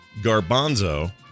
Garbanzo